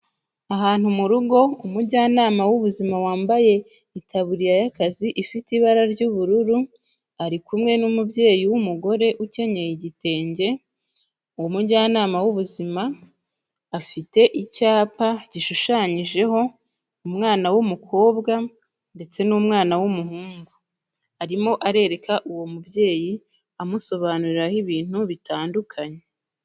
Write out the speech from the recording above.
Ahantu mu rugo umujyanama w'ubuzima wambaye itaburiya y'akazi ifite ibara ry'ubururu ari kumwe n'umubyeyi w'umugore ukenyeye igitenge, uwo mujyanama w'ubuzima afite icyapa gishushanyijeho umwana w'umukobwa ndetse n'umwana w'umuhungu, arimo arereka uwo mubyeyi amusobanuriraho ibintu bitandukanye.